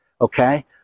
Okay